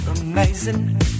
amazing